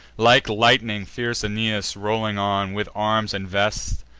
like lightning, fierce aeneas, rolling on, with arms invests,